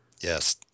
Yes